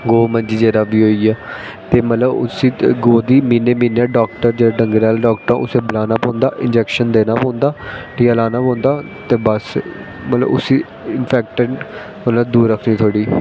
गौ मंज जेह्ड़ा बी होई गेआ ते मतलब उसी गौ गी म्हीनें म्हीनें डाक्टर जेह्ड़ा डंगरें आह्ला डाक्टर ऐ उसी बुलाना पौंदा इंजैक्शन देना पौंदा टीका लाना पौंदा ते बस मतलब उसी इंफैक्टिड कोला दूर रक्खनी थोह्ड़ी